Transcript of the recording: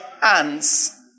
hands